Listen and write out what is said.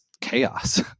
chaos